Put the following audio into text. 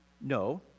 No